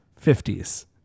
50s